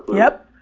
yep.